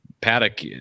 Paddock